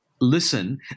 listen